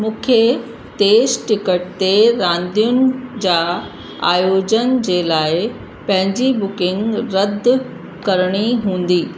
मूंखे तेज़ टिकट ते रांदियुनि जा आयोजन जे लाइ पंहिंजी बुकिंग रदि करणी हूंदी